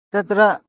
तत्र